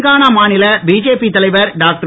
தெலுங்கானா மாநில பிஜேபி தலைவர் டாக்டர்